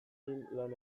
lan